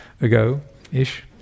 ago-ish